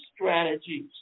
strategies